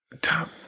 Top